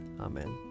Amen